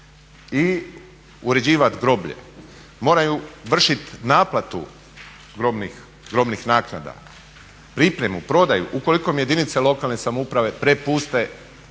i uređivati groblje, moraju vršiti naplatu grobnih naknada, pripremu, prodaju ukoliko im jedinice lokalne samouprave prepuste